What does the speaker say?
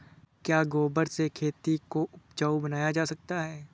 क्या गोबर से खेती को उपजाउ बनाया जा सकता है?